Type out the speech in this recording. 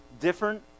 different